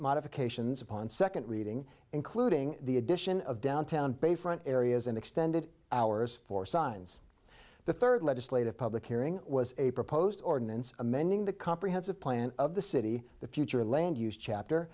modifications upon second reading including the addition of downtown bayfront areas and extended hours for signs the third legislative public hearing was a proposed ordinance amending the comprehensive plan of the city the future land use chapter